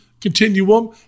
continuum